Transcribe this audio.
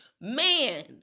man